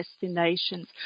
destinations